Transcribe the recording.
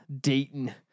Dayton